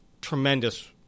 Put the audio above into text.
tremendous